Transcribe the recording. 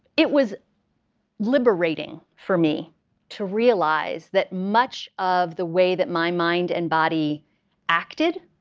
it was liberating for me to realize that much of the way that my mind and body acted,